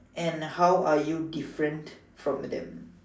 and how are you different from them